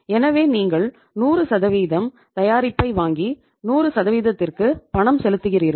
எனவே நீங்கள் 100 தயாரிப்பை வாங்கி 100 க்கு பணம் செலுத்துகிறீர்கள்